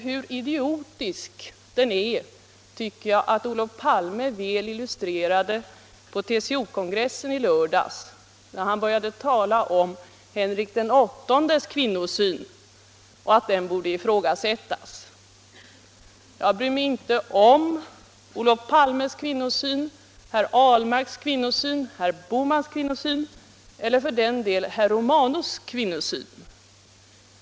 Hur idiotisk den är tycker jag att Olof Palme väl illustrerade på TCO konferensen i lördags, när han började tala om Henrik VIII:s kvinnosyn och att den borde ifrågasättas. Jag bryr mig inte om herr Palmes kvinnosyn, herr Ahlmarks kvinnosyn, herr Bohmans kvinnosyn eller för den delen herr Romanus kvinnosyn.